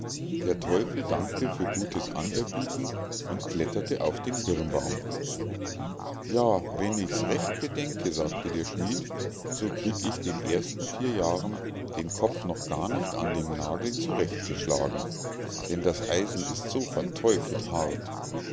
der teufel dankte für gutes anerbieten und kletterte auf den birnbaum ja wenn ich's recht bedenke sagte der schmied so krieg ich in den ersten vier jahren den kopf noch gar nicht an dem nagel zurecht geschlagen denn das eisen ist so verteufelt hart